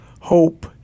hope